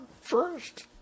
first